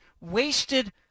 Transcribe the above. wasted